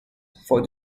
for